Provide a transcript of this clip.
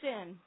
sin